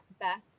Beth